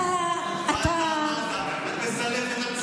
אתה, אתה, את מסלפת את המציאות.